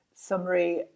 summary